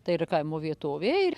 tai yra kaimo vietovė